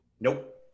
Nope